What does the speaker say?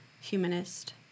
humanist